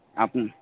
আপনি